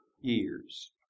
years